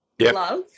Love